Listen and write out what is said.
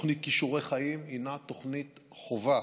תוכנית כישורי חיים היא תוכנית חובה